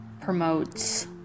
promotes